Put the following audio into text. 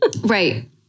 Right